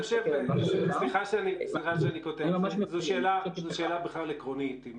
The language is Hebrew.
סליחה שאני קוטע אותך, זו שאלה בכלל עקרונית אם